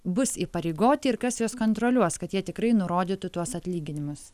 bus įpareigoti ir kas juos kontroliuos kad jie tikrai nurodytų tuos atlyginimus